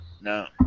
No